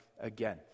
again